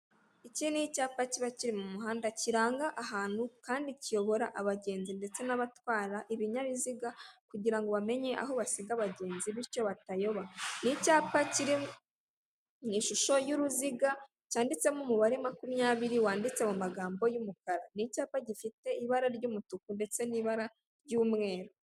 Iki ni icyapa kiba kiri mu muhanda kiranga ahantu kandi kiyobora abagenzi ndetse n'abatwara ibinyabiziga kugira ngo bamenye aho basiga abagenzi bityo batayoba. Ni icyaba kiri mu ishusho y'uruziga cyanditsemo umubare makumyabiri, wanditse mu magambo y'umukara. Ni icyapa gifite ibara ry'umutuku ndetse n'ibara ry'umweru.